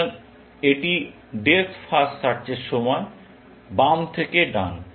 সুতরাং এটি depth first সার্চের সময় বাম থেকে ডান